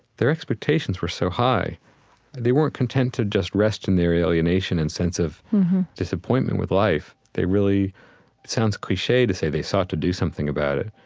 their expectations were so high that they weren't content to just rest in their alienation and sense of disappointment with life. they really it sounds cliche to say they sought to do something about it,